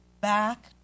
back